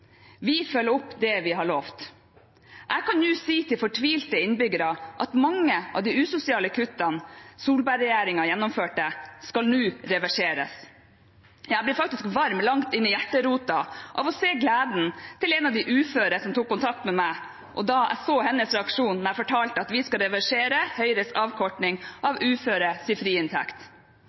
Vi følger opp det vi har lovet. Jeg kan nå si til fortvilte innbyggere at mange av de usosiale kuttene Solberg-regjeringen gjennomførte, nå skal reverseres. Jeg ble faktisk varm langt inn i hjerterota av å se gleden til en av de uføre som tok kontakt med meg, og da jeg så hennes reaksjon da jeg fortalte at vi skal reversere Høyres avkortning av